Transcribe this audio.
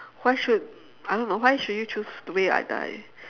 why should I don't know why should you choose the way I die